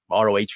ROH